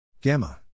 Gamma